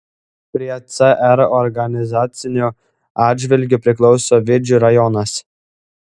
prie cr organizaciniu atžvilgiu priklauso vidžių rajonas